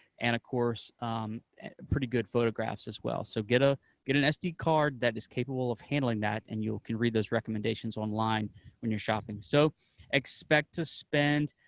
and of course pretty good photographs as well. so get ah get an sd card that is capable of handling that, and you can read those recommendations online when you're shopping. so expect to spend